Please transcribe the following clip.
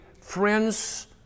friends